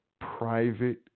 private